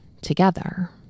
together